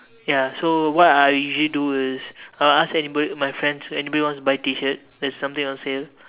ya so what I usually do is I'll ask anybody my friends anybody wants to buy T-shirt there's something on sale